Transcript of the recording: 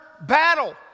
battle